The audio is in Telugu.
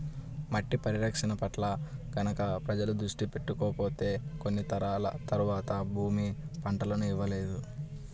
మట్టి పరిరక్షణ పట్ల గనక ప్రజలు దృష్టి పెట్టకపోతే కొన్ని తరాల తర్వాత భూమి పంటలను ఇవ్వలేదు